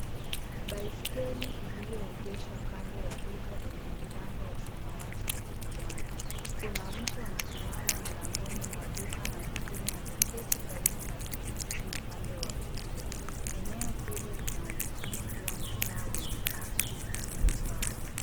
Baiskeli iliyoegeeshwa Kando ya duka lenye milango ya samawati na kijani. Kuna mtu amesimama mlangoni mwa Duka na mwingine ameketi karibu na pikipiki upande wa kulia . Eneo hilo linaonekana kuwa mtaa wenye ardhi isiyo Sawa.